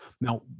Now